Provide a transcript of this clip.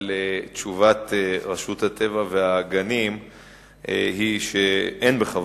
רצוני לשאול: 1. האם נכון